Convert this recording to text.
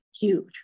huge